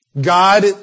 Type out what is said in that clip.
God